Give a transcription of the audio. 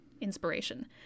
inspiration